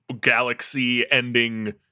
galaxy-ending